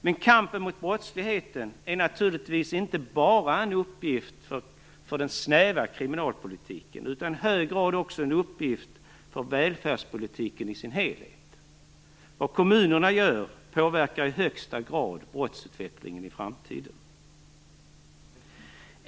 Men kampen mot brottsligheten är naturligtvis inte bara en uppgift för den snäva kriminalpolitiken utan i hög grad också en uppgift för välfärdspolitiken i sin helhet. Vad kommunerna gör påverkar i högsta grad brottsutvecklingen i framtiden.